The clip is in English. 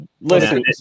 Listen